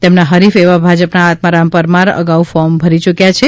તેમના હરીફ એવા ભાજપના આત્મારામ પરમાર અગાઉ ફોર્મ ભરી યૂક્યા છે